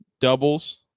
doubles